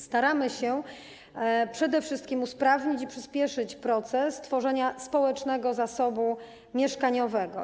Staramy się przede wszystkim usprawnić i przyspieszyć proces tworzenia społecznego zasobu mieszkaniowego.